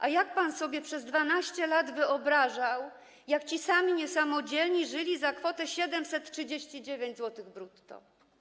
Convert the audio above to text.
A jak pan sobie przez 12 lat wyobrażał, jak ci sami niesamodzielni ludzie żyli za kwotę 739 zł brutto?